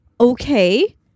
Okay